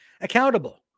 accountable